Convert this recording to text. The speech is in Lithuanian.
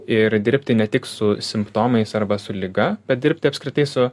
ir dirbti ne tik su simptomais arba su liga bet dirbti apskritai su